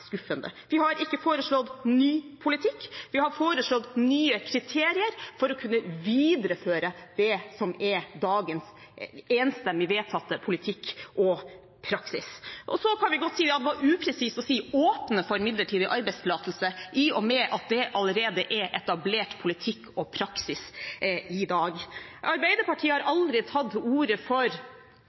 skuffende. Vi har ikke foreslått ny politikk. Vi har foreslått nye kriterier for å kunne videreføre det som er dagens enstemmig vedtatte politikk og praksis. Så kan vi godt si at det var upresist å si at man åpner for midlertidig arbeidstillatelse, i og med at det allerede er etablert politikk og praksis i dag. Arbeiderpartiet har aldri tatt til orde for